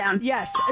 Yes